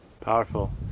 Powerful